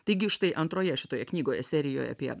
taigi štai antroje šitoje knygoje serijoje apie